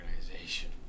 organization